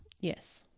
yes